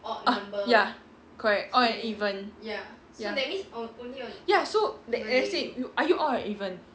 orh ya correct odd and even ya ya so let's say are you odd or even